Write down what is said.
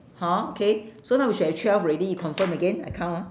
hor K so now we should have twelve already you confirm again I count ah